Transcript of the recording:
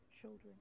children